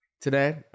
Today